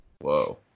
Whoa